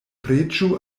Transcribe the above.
preĝu